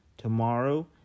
tomorrow